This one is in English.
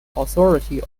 authority